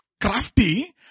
crafty